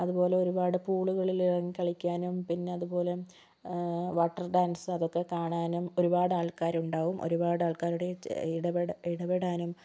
അതുപോലെ ഒരു പാട് പൂളുകളിൽ ഇറങ്ങി കളിക്കാനും പിന്നതുപോലെ വാട്ടർ ഡാൻസ് അതൊക്കെ കാണാനും ഒരു പാട് ആൾക്കാരുണ്ടാകും ഒരു പാട് ആൾക്കാരുടെ ഇടപെട ഇടപെടാനും